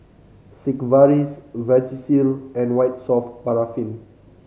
Sigvaris Vagisil and White Soft Paraffin